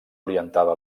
orientada